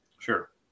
sure